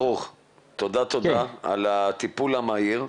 ברוך תודה על הטיפול המהיר.